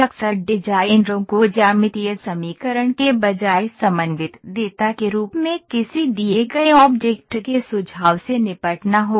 अक्सर डिजाइनरों को ज्यामितीय समीकरण के बजाय समन्वित डेटा के रूप में किसी दिए गए ऑब्जेक्ट के सुझाव से निपटना होगा